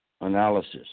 analysis